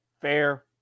Fair